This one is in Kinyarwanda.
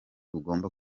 mugomba